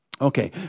Okay